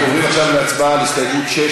אנחנו עוברים עכשיו להצבעה על הסתייגות 6,